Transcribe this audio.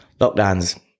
Lockdowns